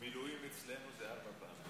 מילואים אצלנו זה ארבע פעמים.